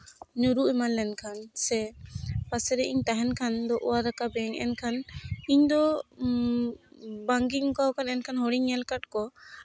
ᱧᱩᱨᱩ ᱮᱢᱟᱱ ᱞᱮᱱᱠᱷᱟᱱ ᱥᱮ ᱯᱟᱥᱮᱨᱮ ᱤᱧ ᱛᱟᱦᱮᱱ ᱠᱷᱟᱱ ᱫᱚ ᱚᱣᱟᱨ ᱨᱟᱠᱟᱵᱮᱭᱟᱹᱧ ᱮᱱᱠᱷᱟᱱ ᱤᱧᱫᱚ ᱵᱟᱝᱜᱤᱧ ᱚᱱᱠᱟ ᱠᱟᱱᱟ ᱮᱱᱠᱷᱟᱱ ᱦᱚᱲᱤᱧ ᱧᱮᱞ ᱟᱠᱟᱫ ᱠᱚᱣᱟ